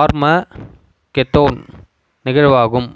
Armageddon நிகழ்வாகும்